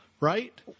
right